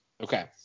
Okay